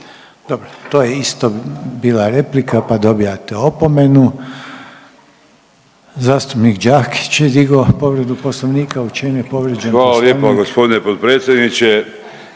Dobro, to je isto bila replika pa dobijate opomenu. Zastupnik Đakić je digo povredu poslovnika. U čem je povrijeđen poslovnik? **Đakić, Josip (HDZ)** Hvala lijepo g. potpredsjedniče.